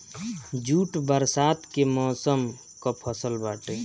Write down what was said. jute बरसात के मौसम कअ फसल बाटे